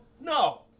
no